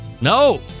No